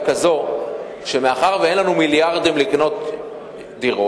כזאת: מאחר שאין לנו מיליארדים לקנות דירות,